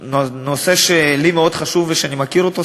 נושא שלי הוא מאוד חשוב ושאני מכיר אותו,